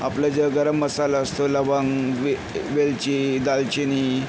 आपलं जे गरम मसाला असतो लवंग वं वेलची दालचिनी